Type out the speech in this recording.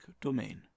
domain